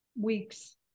weeks